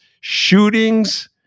shootings